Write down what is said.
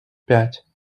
пять